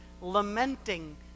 lamenting